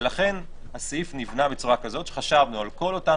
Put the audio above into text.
ולכן הסעיף נבנה בצורה כזאת שחשבנו על כל אותן